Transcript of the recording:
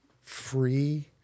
free